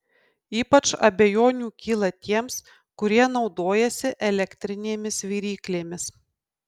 ypač abejonių kyla tiems kurie naudojasi elektrinėmis viryklėmis